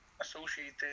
associated